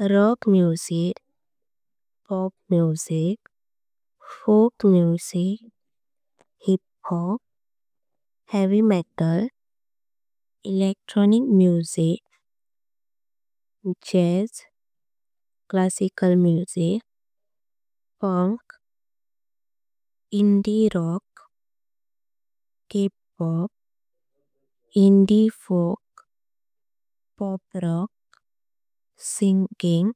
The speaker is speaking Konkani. रॉक संगीत, पॉप संगीत, फोक संगीत। Hip hop, heavy metal, electronic संगीत। जैज़, क्लासिकल संगीत, funk, indie rock. K pop, indie folk, pop rock, गायन,